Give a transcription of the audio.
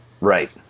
Right